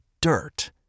dirt